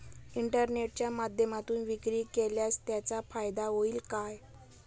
इंटरनेटच्या माध्यमातून विक्री केल्यास त्याचा फायदा होईल का?